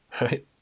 right